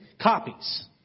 copies